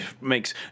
makes